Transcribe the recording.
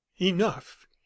enough